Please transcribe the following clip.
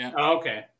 Okay